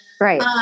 Right